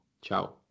Ciao